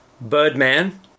Birdman